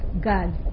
God